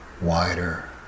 wider